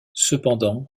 cependant